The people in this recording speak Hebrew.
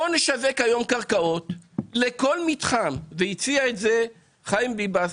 בואו נשווק היום קרקעות לכל מתחם והציע את זה חיים ביבס,